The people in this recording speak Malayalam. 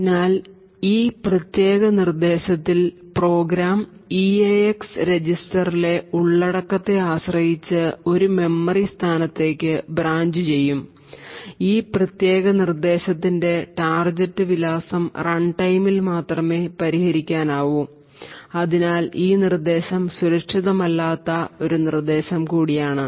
അതിനാൽ ഈ പ്രത്യേക നിർദ്ദേശത്തിൽ പ്രോഗ്രാം eax രജിസ്റ്ററിലെ ഉള്ളടക്കത്തെ ആശ്രയിച്ച് ഒരു മെമ്മറി സ്ഥാനത്തേക്ക് ബ്രാഞ്ച് ചെയ്യും ഈ പ്രത്യേക നിർദ്ദേശത്തിന്റെ ടാർഗെറ്റ് വിലാസം റൺടൈമിൽ മാത്രമേ പരിഹരിക്കാനാകൂ അതിനാൽ ഈ നിർദ്ദേശം സുരക്ഷിതമല്ലാത്ത ഒരു നിർദ്ദേശം കൂടിയാണ്